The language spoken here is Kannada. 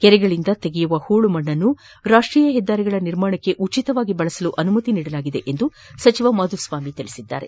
ಕೆರೆಗಳಿಂದ ತೆಗೆಯುವ ಪೂಳು ಮಣ್ಣನ್ನು ರಾಷ್ಟೀಯ ಹೆದ್ದಾರಿಗಳ ನಿರ್ಮಾಣಕ್ಕೆ ಉಚಿತವಾಗಿ ಬಳಸಲು ಅನುಮತಿ ನೀಡಲಾಗಿದೆ ಎಂದು ಸಚಿವ ಮಾಧುಸ್ವಾಮಿ ತಿಳಿಸಿದರು